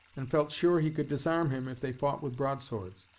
and felt sure he could disarm him if they fought with broadswords,